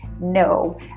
no